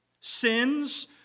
Sins